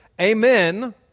Amen